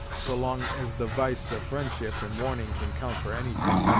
so long as the v'ice of fri'ndship and warning can count for any thing.